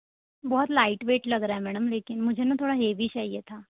बहुत light weight लग रहा है मैडम लेकिन मुझे न थोड़ा हैवी चाहिए था